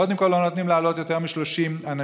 קודם כול, לא נותנים להעלות יותר מ-30 אנשים.